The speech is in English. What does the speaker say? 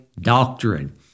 doctrine